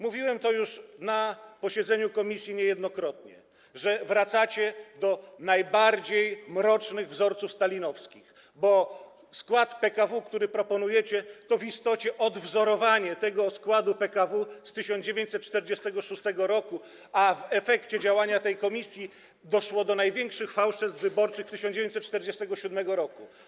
Mówiłem to już na posiedzeniu komisji niejednokrotnie, że wracacie do najbardziej mrocznych wzorców stalinowskich, bo skład PKW, który proponujecie, to w istocie odwzorowanie tego składu PKW z 1946 r., a w efekcie działania tej komisji doszło do największych fałszerstw wyborczych w 1947 r.